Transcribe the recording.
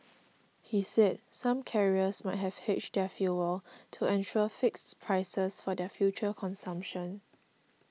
he said some carriers might have hedged their fuel to ensure fixed prices for their future consumption